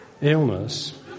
illness